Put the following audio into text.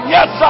Yes